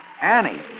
Annie